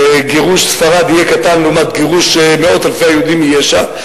וגירוש ספרד יהיה קטן לעומת גירוש מאות אלפי היהודים מיש"ע,